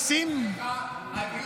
פה מישהו ואמר: בזכות זה שלמדנו.